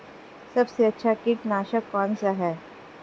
सबसे अच्छा कीटनाशक कौन सा है?